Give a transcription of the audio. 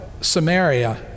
Samaria